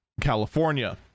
california